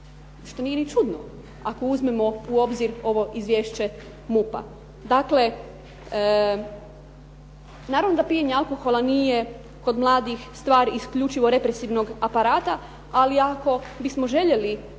što nije ni čudno, ako uzmemo u obzir ovo izvješće MUP-a. Dakle, naravno da pijenje alkohola kod mladih nije stvar isključivo represivnog aparata, ali ako bismo željeli